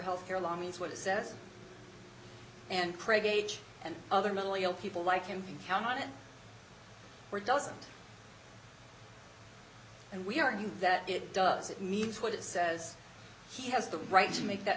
health care law means what it says and craig age and other mentally ill people like him count on it or doesn't and we argue that it does it means what it says he has the right to make that